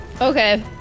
okay